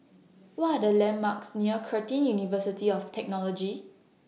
What Are The landmarks near Curtin University of Technology